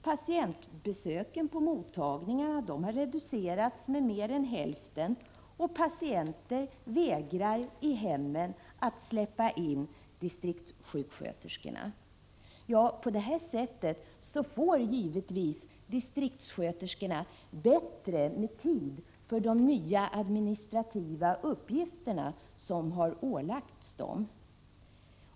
Patientbesöken på mottagningarna har reducerats med mer än hälften, och patienter vägrar i hemmen att släppa in distrikts "sjuksköterskorna. Ja, på det här sättet får givetvis distriktssköterskorna bättre med tid för de nya administrativa uppgifter som ålagts dem.